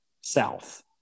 South